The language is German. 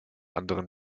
anderen